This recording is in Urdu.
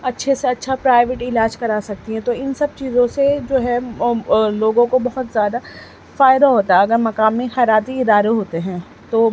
اچھے سے اچھا پرائیویٹ علاج کرا سکتی ہیں تو ان سب چیزوں سے جو ہے لوگوں کو بہت زیادہ فائدہ ہوتا ہے اگر مقامی خیراتی ادارے ہوتے ہیں تو